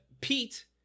Pete